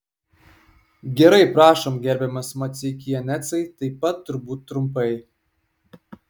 gerai prašom gerbiamas maceikianecai taip pat turbūt trumpai